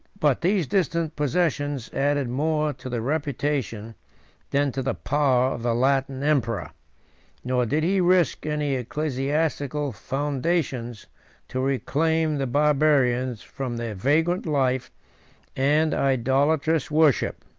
but these distant possessions added more to the reputation than to the power of the latin emperor nor did he risk any ecclesiastical foundations to reclaim the barbarians from their vagrant life and idolatrous worship.